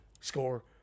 score